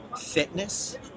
fitness